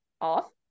off